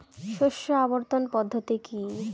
শস্য আবর্তন পদ্ধতি কি?